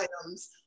items